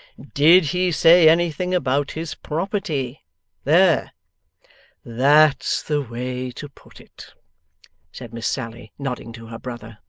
did he say anything about his property there that's the way to put it said miss sally, nodding to her brother.